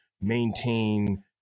maintain